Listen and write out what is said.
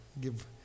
give